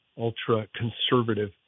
ultra-conservative